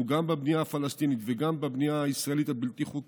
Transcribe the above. גם בבנייה הפלסטינית וגם בבנייה הישראלית הבלתי-חוקית,